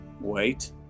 wait